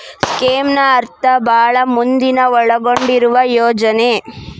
ಸ್ಕೇಮ್ನ ಅರ್ಥ ಭಾಳ್ ಮಂದಿನ ಒಳಗೊಂಡಿರುವ ಯೋಜನೆ